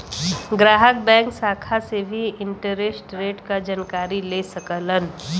ग्राहक बैंक शाखा से भी इंटरेस्ट रेट क जानकारी ले सकलन